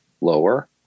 lower